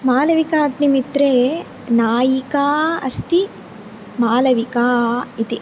मालविकाग्निमित्रे नायिका अस्ति मालविका इति